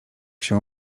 się